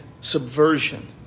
subversion